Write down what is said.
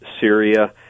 Syria